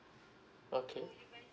okay